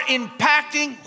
impacting